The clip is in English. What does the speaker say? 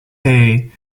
steam